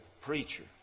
preacher